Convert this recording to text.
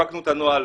הפקנו את הנוהל,